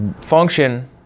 function